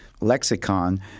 lexicon